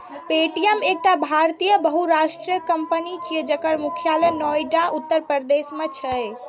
Paytm एकटा भारतीय बहुराष्ट्रीय कंपनी छियै, जकर मुख्यालय नोएडा, उत्तर प्रदेश मे छै